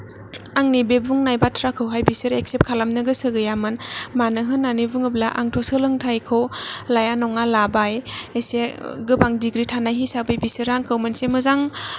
आंनि बे बुंनाय बाथ्राखौहाय बिसोरो एसेफ्ट खालामनो गोसो गैयामोन मानो होननानै बुङोब्ला आंथ' सोलोंथाइखौ लाया नङा लाबाय एसे गोबां दिग्रि थानाय हिसाबै बिसोर आंखौ मोनसे मोजां